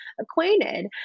acquainted